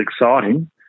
exciting